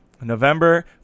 November